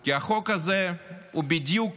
כי החוק הזה הוא בדיוק